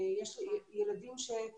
יש ילדים שהם